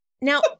Now